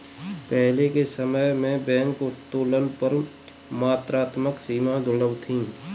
पहले के समय में बैंक उत्तोलन पर मात्रात्मक सीमाएं दुर्लभ थीं